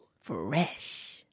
Fresh